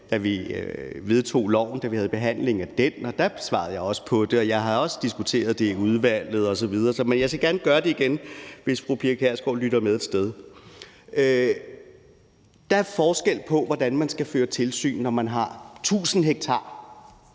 af loven, og da vi vedtog den, og da svarede jeg også på det, og jeg har også diskuteret det i udvalget osv. Men jeg skal gerne gøre det igen, hvis fru Pia Kjærsgaard lytter med et sted. Der er en forskel på, hvordan man skal føre tilsyn, når man har 1.000 ha